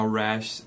rash